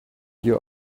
you